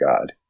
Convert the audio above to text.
God